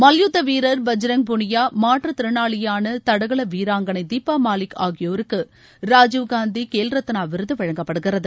மல்யுத்த வீரர் பஜ்ரங் புனியா மாற்றத் திறனாளியான தடகள வீராங்களை தீபா மாலிக் ஆகியோருக்கு ராஜீவ் காந்தி கேவ்ரத்னா விருது வழங்கப்படுகிறது